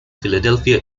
philadelphia